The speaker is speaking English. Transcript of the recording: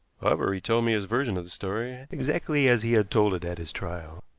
however, he told me his version of the story, exactly as he had told it at his trial.